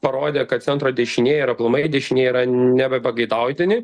parodė kad centro dešinieji ir aplamai dešinieji yra nebepageidautini